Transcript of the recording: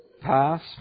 Pass